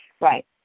Right